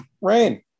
rain